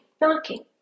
knocking